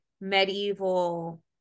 medieval